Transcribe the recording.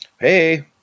Hey